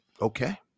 okay